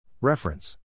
Reference